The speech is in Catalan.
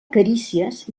carícies